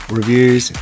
reviews